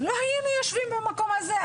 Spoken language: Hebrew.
לא היינו יושבים במקום הזה.